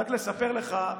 רק לספר לך,